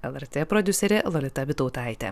lrt prodiuserė lolita bytautaitė